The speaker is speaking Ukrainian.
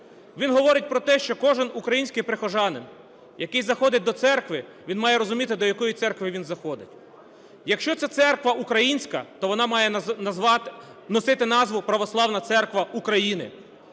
Він говорить про те, що кожен український прихожанин, який заходить до церкви, він має розуміти, до якої церкви він заходить. Якщо це церква українська, то вона має називатись… носити назву "Православна Церква України".